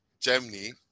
Germany